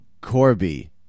Corby